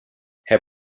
herr